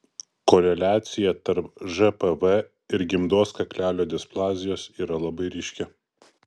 koreliacija tarp žpv ir gimdos kaklelio displazijos yra labai ryški